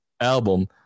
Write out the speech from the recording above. album